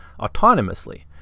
autonomously